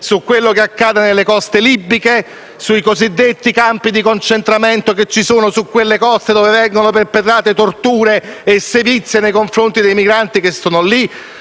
su quello che accade sulle coste libiche (mi riferisco ai cosiddetti campi di concentramento presenti su quelle coste, dove vengono perpetrate torture e sevizie nei confronti dei migranti): su